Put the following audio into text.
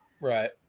Right